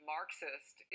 Marxist